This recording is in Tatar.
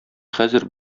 хәзер